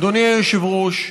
אדוני היושב-ראש,